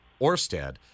Orsted